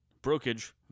brokerage